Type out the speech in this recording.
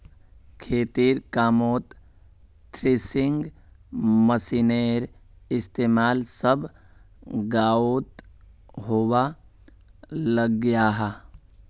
खेतिर कामोत थ्रेसिंग मशिनेर इस्तेमाल सब गाओंत होवा लग्याहा